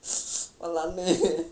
wah lan eh